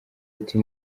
ati